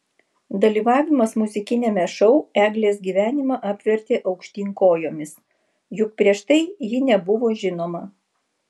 dalyvavimas muzikiniame šou eglės gyvenimą apvertė aukštyn kojomis juk prieš tai ji nebuvo žinoma